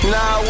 Now